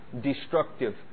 destructive